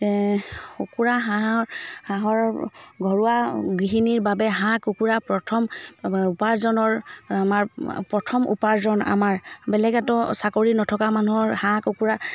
কুকুৰা হাঁহৰ হাঁহৰ ঘৰুৱা গৃহিণীৰ বাবে হাঁহ কুকুৰা প্ৰথম উপাৰ্জনৰ আমাৰ প্ৰথম উপাৰ্জন আমাৰ বেলেগ এইটো চাকৰি নথকা মানুহৰ হাঁহ কুকুৰা